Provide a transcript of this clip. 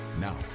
Now